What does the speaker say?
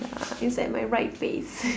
K lah it's at my right face